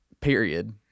period